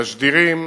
תשדירים,